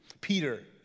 Peter